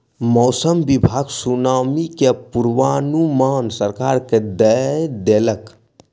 मौसम विभाग सुनामी के पूर्वानुमान सरकार के दय देलक